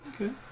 Okay